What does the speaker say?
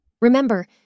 Remember